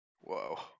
Whoa